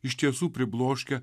iš tiesų pribloškia